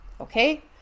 okay